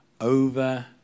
over